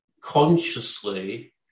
consciously